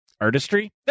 Artistry